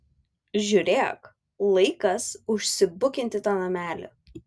žiūrėk laikas užsibukinti tą namelį